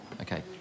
Okay